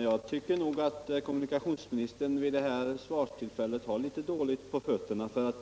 Herr talman! Jag tycker att kommunikationsministern vid det här svarstillfället har litet dåligt på fötterna.